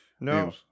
No